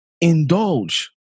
indulge